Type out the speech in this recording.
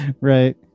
right